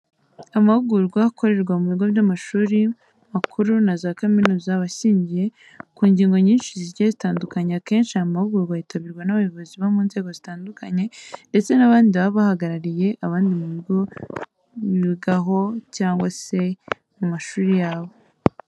Amahugurwa akorerwa mu bigo by'amashuri makuru na za kaminuza aba ashingiye ku ngingo nyinshi zigiye zitandukanye. Akenshi aya mahugurwa yitabirwa n'abayobozi bo mu nzego zitandukanye ndetse n'abandi baba bahagarariye abandi mu bigo bigaho cyangwa se mu mashuri yabo.